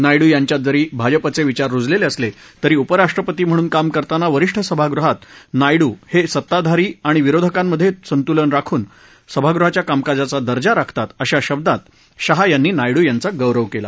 नायडू यांच्यात जरी भाजपाचे विचार रुजलेले असले तरी उपराष्ट्रपती म्हणून काम करताना वरिष्ठ सभागृहात नायडू हे सत्ताधारी विरोधकांच्यामधे संतुलन राखून सभागृहाच्या कामकाजाचा दर्जा राखतात अशा शब्दात शहा यांनी नायडू यांचा गौरव केला